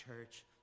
church